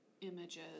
images